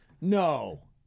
no